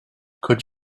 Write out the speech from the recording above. could